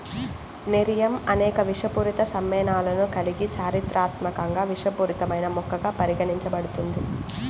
nerium అనేక విషపూరిత సమ్మేళనాలను కలిగి చారిత్రాత్మకంగా విషపూరితమైన మొక్కగా పరిగణించబడుతుంది